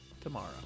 tomorrow